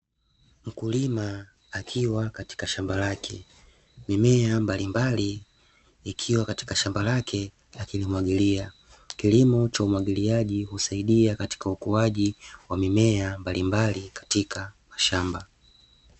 Mkulima akiwa katika shamba lake, mimea mbalimbali ikiwa katika shamba lake akilimwagilia, kilimo cha umwagiliaji husaidia katika ukuaji wa mimea mbalimbali katika mashamba.